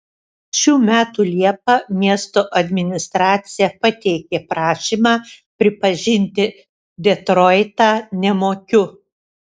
šių metų liepą miesto administracija pateikė prašymą pripažinti detroitą nemokiu